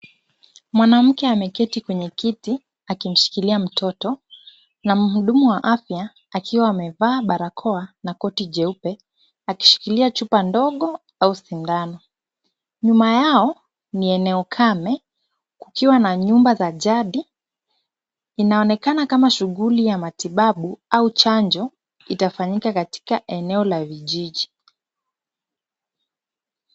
Mwanamke ameketi kwenye kiti akimshikilia mtoto na mhudumu wa afya akiwa amevaa barakoa na koti jeupe akishikilia chupa ndogo au sindano. Nyuma yao ni eneo kame kukiwa na nyumba za jadi. Inaonekana kama shughuli ya matibabu au chanjo itafanyika katika eneo la vijiji.